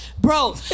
Bro